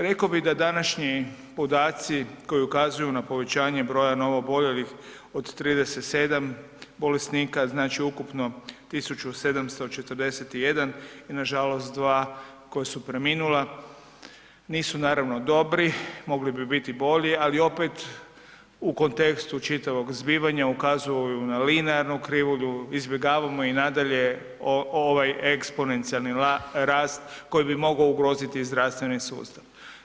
Rekao bi da današnji podaci koji ukazuju na povećanje broja novooboljelih od 37 bolesnika znači ukupno 1.741 i nažalost 2 koja su preminula, nisu naravno dobri, mogli bi biti bolji, ali opet u kontekstu čitavog zbivanja ukazuju na linearnu krivulju, izbjegavamo i nadalje ovaj eksponencijalni rast koji bi mogao ugroziti zdravstveni sustav.